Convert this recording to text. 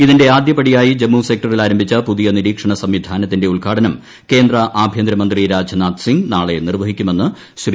ഇതിന്റെ ആദ്യപടിയായി ജമ്മു സെക്ടറിൽ ആരംഭിച്ച പുതിയ നിരീക്ഷണ സംവിധാനത്തിന്റെ ഉദ്ഘാടനം കേന്ദ്ര ആഭ്യന്തരമന്ത്രി രാജ്നാഥ് സിംഗ് നാളെ നിർവ്വഹിക്കുമെന്ന് ശ്രീ